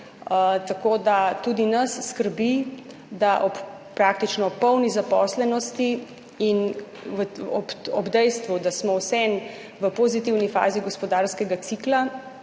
Tako da tudi nas skrbi, da ob praktično polni zaposlenosti in ob dejstvu, da smo vseeno v pozitivni fazi gospodarskega cikla,